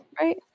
right